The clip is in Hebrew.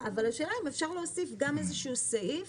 אבל השאלה אם אפשר להוסיף גם איזה שהוא סעיף